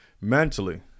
Mentally